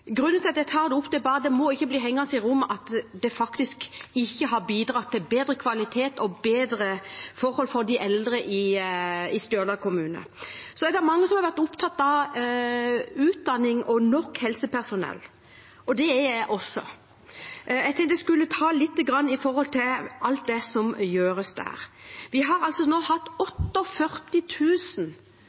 Grunnen til at jeg tar det opp, er at det må ikke bli hengende i rommet at det ikke har bidratt til bedre kvalitet og bedre forhold for de eldre i Stjørdal kommune. Mange har vært opptatt av utdanning og nok helsepersonell, og det er jeg også. Jeg tenkte jeg skulle si litt angående alt som gjøres der. Vi har altså i helse- og omsorgssektoren hatt